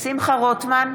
שמחה רוטמן,